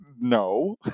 no